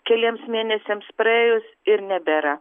keliems mėnesiams praėjus ir nebėra